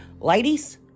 Ladies